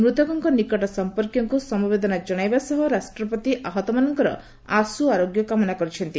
ମୃତକଙ୍କ ନିକଟ ସମ୍ପର୍କୀୟଙ୍କୁ ସମବେଦନା ଜଣାଇବା ସହ ରାଷ୍ଟ୍ରପତି ଆହତମାନଙ୍କର ଆଶୁ ଆରୋଗ୍ୟ କାମନା କରିଛନ୍ତି